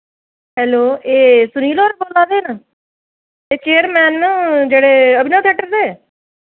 hello एह् सुनील होर बोल्ला दे न एह् चेयरमैन न जेह्ड़े अभिनव थियेटर दे